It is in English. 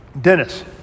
Dennis